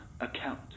account